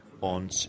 on